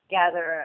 gather